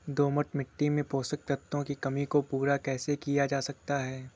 दोमट मिट्टी में पोषक तत्वों की कमी को पूरा कैसे किया जा सकता है?